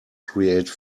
create